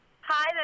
Hi